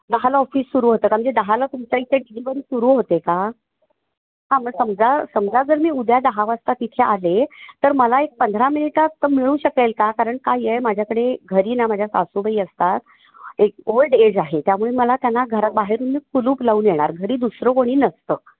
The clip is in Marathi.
दहाला ऑफिस सुरू होतं का म्हणजे दहाला तुमच्या इथे डिलिव्हरी सुरू होते का हां मग समजा समजा जर मी उद्या दहा वाजता तिथे आले तर मला एक पंधरा मिनिटात मिळू शकेल का कारण काय आहे माझ्याकडे घरी ना माझ्या सासूबाई असतात एक ओल्ड एज आहे त्यामुळे मला त्यांना घराबाहेरून कुलूप लावून येणार घरी दुसरं कोणी नसतं